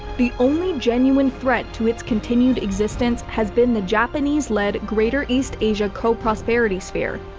the only genuine threat to its continued existence has been the japanese led greater east asia co-prosperity sphere.